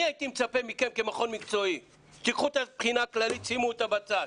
אני הייתי מצפה מכם כמכון מקצועי שתיקחו את הבחינה הכללית תשימו בצד,